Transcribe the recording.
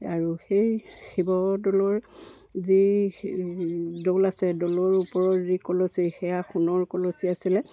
আৰু সেই শিৱদৌলৰ যি দৌল আছে দৌলৰ ওপৰৰ যি কলচী সেয়া সোণৰ কলচী আছিলে